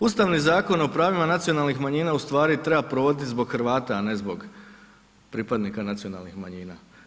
Ustavni zakon o pravima nacionalnih manjina u stvari treba provoditi zbog Hrvata, a ne zbog pripadnika nacionalnih manjina.